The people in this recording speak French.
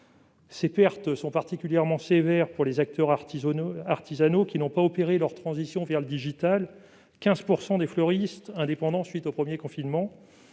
Ces pertes sont particulièrement sévères pour les acteurs artisanaux qui n'ont pas opéré leur transition vers le numérique, soit 15 % des fleuristes indépendants, après le premier confinement.